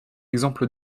exemple